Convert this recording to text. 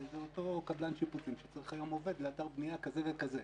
זה אותו קבלן שיפוצים שצריך היום עובד לאתר בנייה כזה וכזה.